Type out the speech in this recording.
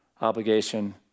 obligation